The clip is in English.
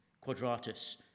Quadratus